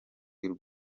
y’u